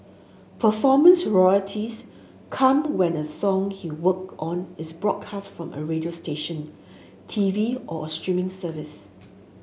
performance royalties come when a song he worked on is broadcast from a radio station T V or a streaming service